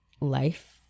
life